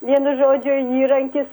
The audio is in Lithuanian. vienu žodžiu įrankis